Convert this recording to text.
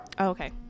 okay